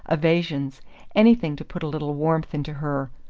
evasions anything to put a little warmth into her!